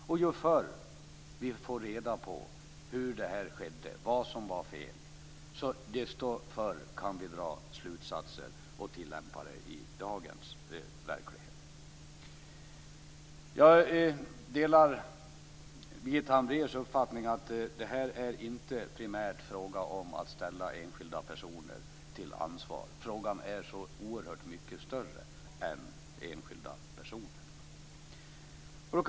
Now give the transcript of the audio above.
Ju förr vi får reda på hur det här skedde och vad som var fel, desto snarare kan vi dra slutsatser och tillämpa det hela i dagens verklighet. Jag delar Birgitta Hambraeus uppfattning att det primärt inte är fråga om att ställa enskilda personer till ansvar. Frågan är oerhört mycket större än så.